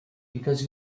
because